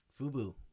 FUBU